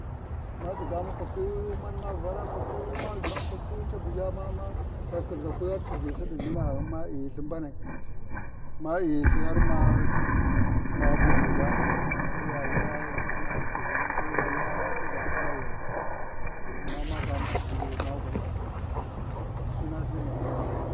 Ma tsigamu pakhi wuyu, manbamu vura pakhiwuyu. Cabu ʒha ma-ma-ca sirʒakwi ci ʒiLthi ɗi vinaghin ma IyiLthi mbanai. Ma iyiLthi harma, har ma hujuʒana, har ya naha Layakhighima, koya Laya ya kuʒa ɗamaighima ma-ma bamu pakhiwuya ma gwan kaan Ghinshina taimakaghina.